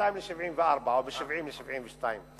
מ-72% ל-74%, או מ-70% ל-72%.